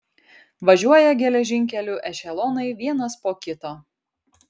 važiuoja geležinkeliu ešelonai vienas po kito